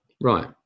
Right